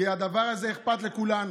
כי הדבר הזה אכפת לכולנו.